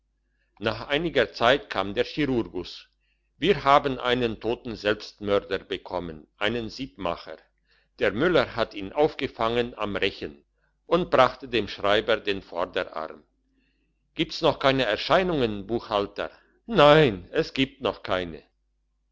nach einiger zeit kam der chirurgus wir haben einen toten selbstmörder bekommen einen siebmacher der müller hat ihn aufgefangen am rechen und brachte dem schreiber den vorderarm gibt's noch keine erscheinungen buchhalter nein es gibt noch keine